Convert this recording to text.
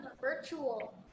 virtual